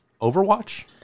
overwatch